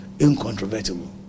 incontrovertible